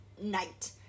night